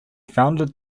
founded